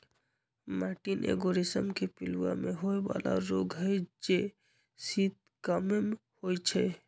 मैटीन एगो रेशम के पिलूआ में होय बला रोग हई जे शीत काममे होइ छइ